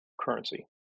currency